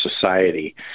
society